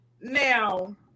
Now